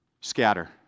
Scatter